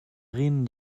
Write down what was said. rin